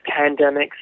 pandemics